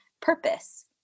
purpose